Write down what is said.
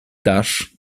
dasz